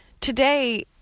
today